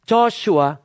Joshua